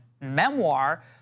memoir